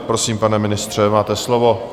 Prosím, pane ministře, máte slovo.